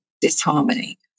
disharmony